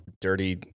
dirty